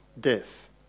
death